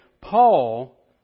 Paul